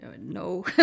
no